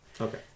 Okay